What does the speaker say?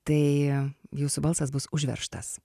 tai jūsų balsas bus užveržtas